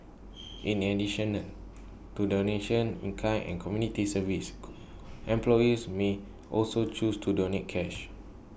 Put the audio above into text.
in to donation in kind and community service employees may also choose to donate cash